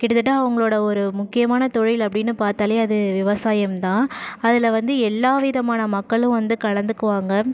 கிட்டத்திட்ட அவர்களோட ஒரு முக்கியமான தொழில் அப்படினு பாத்தாலே அது விவசாயம்தான் அதில் வந்து எல்லா விதமான மக்களும் வந்து கலந்துக்குவாங்க